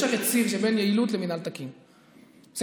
יש הרי ציר בין יעילות למינהל תקין, בסדר?